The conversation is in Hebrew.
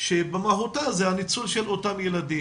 שבמהותה זה הניצול של אותם ילדים.